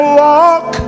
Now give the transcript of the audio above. walk